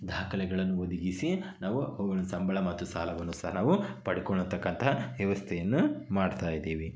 ದಾಖಲೆಗಳನ್ನು ಒದಗಿಸಿ ನಾವು ಅವುಗಳನ್ನ ಸಂಬಳ ಮತ್ತು ಸಾಲವನ್ನು ಸಹ ನಾವು ಪಡ್ಕೊಳೋತಕ್ಕಂತಹ ವ್ಯವಸ್ಥೆಯನ್ನು ಮಾಡ್ತಾಯಿದ್ದೀವಿ